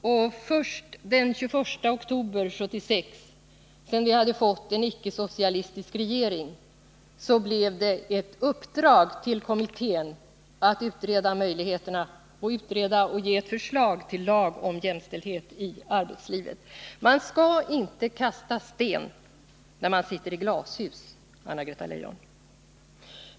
Först den 21 oktober 1976, sedan vi hade fått en icke-socialistisk regering, fick kommittén i uppdrag att utreda möjligheterna att åstadkomma jämställdhet i arbetslivet och lägga fram förslag i samma syfte. Man skall inte kasta sten när man sitter i glashus, Anna-Greta Leijon.